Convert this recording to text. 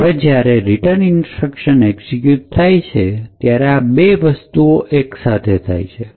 હવે જ્યારે return instruction execute થાય છે ત્યારે બે વસ્તુઓ એકસાથે થશે